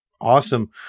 Awesome